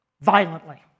violently